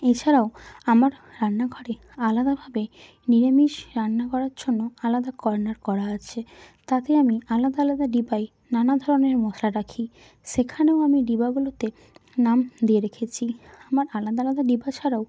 এছাড়াও আমার রান্নাঘরে আলাদাভাবে নিরামিষ রান্না করার জন্য আলাদা কর্নার করা আছে তাতে আমি আলাদা আলাদা ডিব্বায় নানা ধরনের মশলা রাখি সেখানেও আমি ডিব্বাগুলোতে নাম দিয়ে রেখেছি আমার আলাদা আলাদা ডিব্বা ছাড়াও